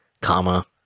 comma